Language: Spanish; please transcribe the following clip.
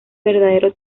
verdadero